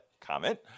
comment